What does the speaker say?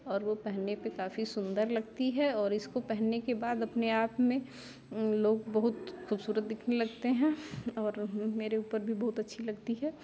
और वह पहनने पर काफी सुन्दर लगती है और इसको पहनने के बाद अपने आप में लोग बहुत ख़ूबसूरत दिखने लगते हैं और मेरे ऊपर भी बहुत अच्छी लगती है